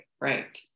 right